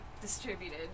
distributed